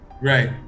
right